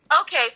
Okay